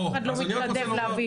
אף אחד לא מתנדב להביא.